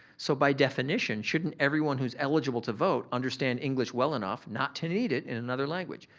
so, by definition shouldn't everyone who's eligible to vote understand english well enough not to need it in another language?